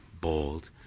bold